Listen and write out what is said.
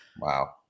Wow